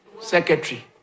Secretary